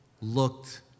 looked